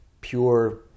pure